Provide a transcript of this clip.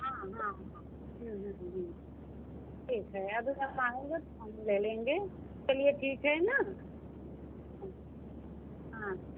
हाँ हाँ हाँ हम्म हम्म हम्म ठीक है अगले सप्ताह आएँगे तो हम ले लेंगे चलिए ठीक है ना हाँ